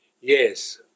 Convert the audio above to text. Yes